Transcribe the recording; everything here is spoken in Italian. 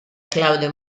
claudio